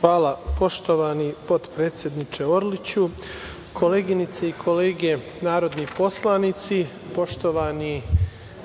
Hvala. Poštovani potpredsedniče Orliću, koleginice i kolege narodni poslanici, poštovani